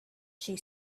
she